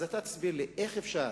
אז אתה תסביר לי, איך אפשר